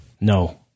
no